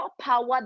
power